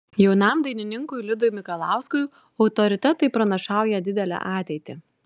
jaunam dainininkui liudui mikalauskui autoritetai pranašauja didelę ateitį